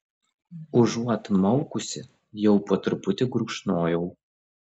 užuot maukusi jau po truputį gurkšnojau